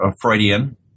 Freudian